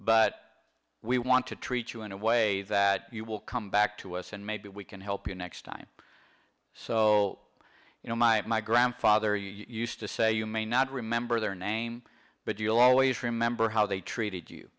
but we want to treat you in a way that you will come back to us and maybe we can help you next time so you know my my grandfather used to say you may not remember their name but you'll always remember how they treated you